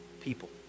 people